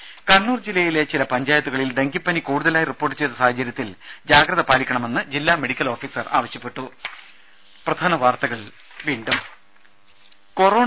ദേശ കണ്ണൂർ ജില്ലയിലെ ചില പഞ്ചായത്തുകളിൽ ഡെങ്കിപ്പനി കൂടുതലായി റിപ്പോർട്ട് ചെയ്ത സാഹചര്യത്തിൽ ജാഗ്രത പാലിക്കണമെന്ന് ജില്ലാ മെഡിക്കൽ ഓഫീസർ ഡോ